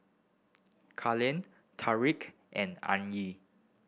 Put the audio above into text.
Carlyn and